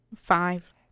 Five